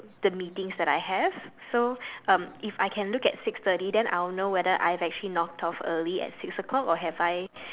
the meetings that I have so um if I can look at six thirty then I'll know whether I've actually knocked off early at six o-clock or have I